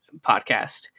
podcast